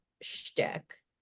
shtick